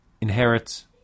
inherit